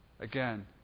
Again